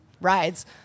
rides